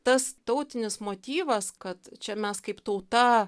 tas tautinis motyvas kad čia mes kaip tauta